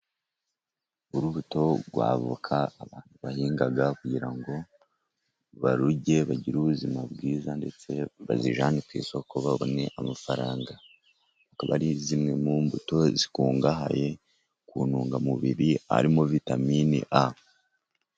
Urubuto rw'avoka abantu bahinga, kugira ngo barurye bagire ubuzima bwiza, ndetse bazijyane ku isoko babone amafaranga ,akaba ari zimwe mu mbuto zikungahaye ku ntungamubiri arimo vitamine A.